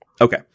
Okay